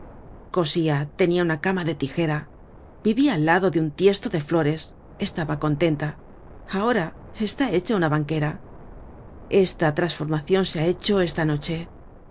cosia tenia una cama de tijera vivia al lado de un tiesto de flores estaba contenta ahora está hecha una banquera esta trasformacion se ha hecho esta noche